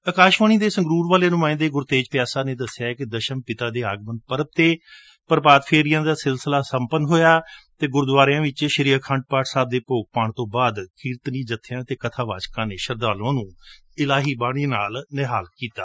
ਅਕਾਸ਼ਾਵਾਣੀ ਦੇ ਸੰਗਰੁਰ ਵਾਲੇ ਨੁਮਾਇੰਦੇ ਗੁਰਤੇਜ ਸਿੰਘ ਪਿਆਸਾ ਨੇ ਦਸਿਐ ਕਿ ਦਸ਼ਮਪਿਤਾ ਦੇ ਆਗਮਨ ਪਰਬ ਤੋਂ ਪ੍ਰਭਾਤ ਫੇਰੀਆਂ ਦਾ ਸਿਲਸਿਲਾ ਸੰਪੰਨ ਹੋਇਆ ਅਤੇ ਗੁਰਦੁਆਰਿਆਂ ਵਿਚ ਸ੍ਰੀ ਆਖੰਡ ਪਾਠ ਸਾਹਿਬ ਦੇ ਭੋਗ ਪਾਉਣ ਤੋ ਬਾਅਦ ਕੀਰਤਨੀ ਜਬਿਆ ਅਤੇ ਕਬਾਵਾਚਕਾ ਨੇ ਸ਼ਰਧਾਲੁਆ ਨੂੰ ਇਲਾਹੀ ਬਾਣੀ ਨਾਲ ਨਿਹਾਲ ਕੀਤਾ